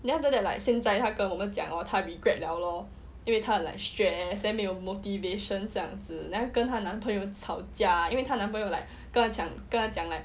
then after that like 现在他跟我们讲哦他 regret 了咯因为他 like stress then 没有 motivations 这样子 then 她跟他男朋友吵架因为她男朋友 like 跟他讲跟他讲 like